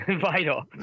vital